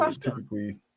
typically